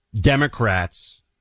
Democrats